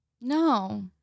no